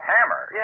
Hammer